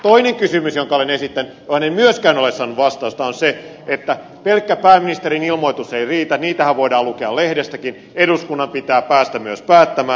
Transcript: toinen kysymys jonka olen esittänyt johon en myöskään ole saanut vastausta on se että pelkkä pääministerin ilmoitus ei riitä niitähän voidaan lukea lehdestäkin eduskunnan pitää päästä myös päättämään